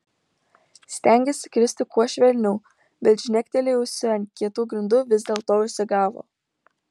stengėsi kristi kuo švelniau bet žnektelėjusi ant kietų grindų vis dėlto užsigavo